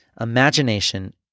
Imagination